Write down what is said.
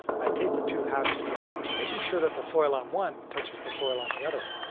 i tape the two halves together, making sure that the foil on one touches the foil on the other.